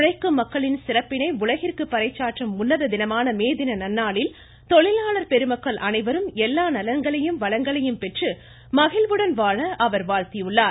உழைக்கும் மக்களின் சிறப்பினை உலகிற்கு பறைசாற்றும் உன்னத தினமான மே தின நன்னாளில்தொழிலாளர் பெருமக்கள் அனைவரும் எல்லா நலன்களையும் வளங்களையும் பெற்று மகிழ்வுடன் வாழ அவர் வாழ்த்தியுள்ளார்